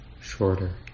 shorter